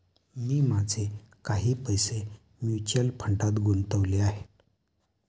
मी माझे काही पैसे म्युच्युअल फंडात गुंतवले आहेत